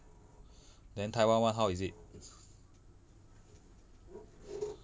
then taiwan one how is it